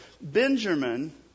Benjamin